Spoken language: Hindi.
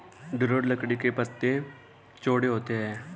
दृढ़ लकड़ी के पत्ते चौड़े होते हैं